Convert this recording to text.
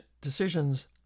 decisions